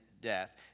death